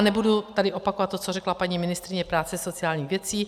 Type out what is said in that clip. Nebudu tady opakovat to, co řekla paní ministryně práce a sociálních věcí.